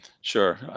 sure